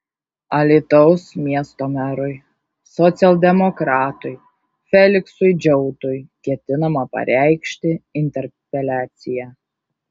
alytaus miesto merui socialdemokratui feliksui džiautui ketinama pareikšti interpeliaciją